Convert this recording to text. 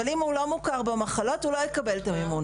אבל אם הוא לא מוכר במחלות הוא לא יקבל את המימון.